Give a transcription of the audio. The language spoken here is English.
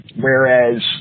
Whereas